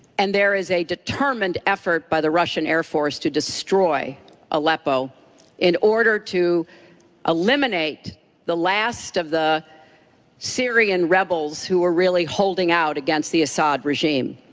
and there is a determined effort by the russian air force to destroy aleppo in order to eliminate the last of the syrian rebels who are really holding out against the assad regime.